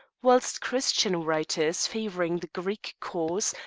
whilst christian writers, favouring the greek cause,